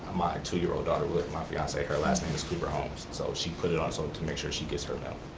ah my two-year-old daughter with my fiance, her last name is cooper holmes, so she put it so on to make sure she gets here mail,